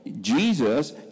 Jesus